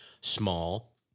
small